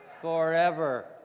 forever